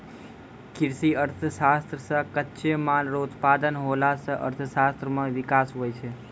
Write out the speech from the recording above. कृषि अर्थशास्त्र से कच्चे माल रो उत्पादन होला से अर्थशास्त्र मे विकास हुवै छै